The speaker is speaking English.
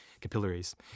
Capillaries